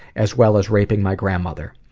as well as raping my grandmother.